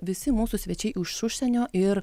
visi mūsų svečiai iš užsienio ir